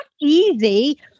easy